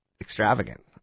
extravagant